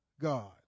God